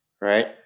Right